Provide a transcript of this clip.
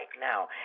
now